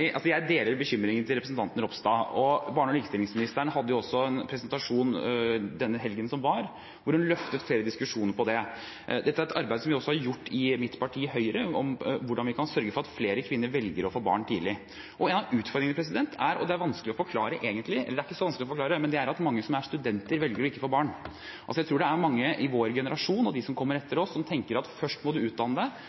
er slik at jeg deler bekymringen til representanten Ropstad. Barne- og likestillingsministeren hadde også en presentasjon i helgen som var, der hun løftet flere diskusjoner rundt det. Vi har gjort et arbeid i mitt parti, Høyre, når det gjelder hvordan vi kan sørge for at flere kvinner velger å få barn tidlig. En av utfordringene er – og det er vanskelig å forklare, eller det er egentlig ikke så vanskelig å forklare – at mange som er studenter, velger ikke å få barn. Jeg tror det er mange i vår generasjon – og de som kommer etter oss – som tenker at